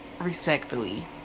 Respectfully